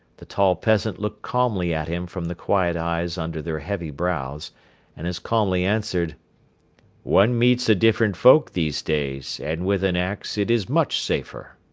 the tall peasant looked calmly at him from the quiet eyes under their heavy brows and as calmly answered one meets a different folk these days and with an ax it is much safer.